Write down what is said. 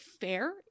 fair